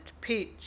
peach